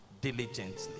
diligently